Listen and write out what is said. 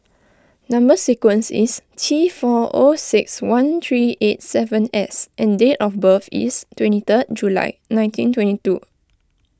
Number Sequence is T four O six one three eight seven S and date of birth is twenty third July nineteen twenty two